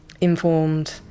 informed